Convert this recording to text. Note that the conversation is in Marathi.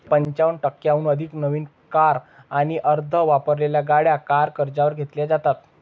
पंचावन्न टक्क्यांहून अधिक नवीन कार आणि अर्ध्या वापरलेल्या गाड्या कार कर्जावर घेतल्या जातात